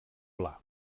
pla